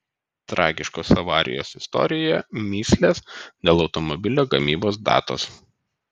tragiškos avarijos istorijoje mįslės dėl automobilio gamybos datos